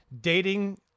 dating